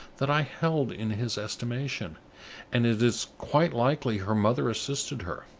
that i held in his estimation and it is quite likely her mother assisted her.